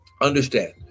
understand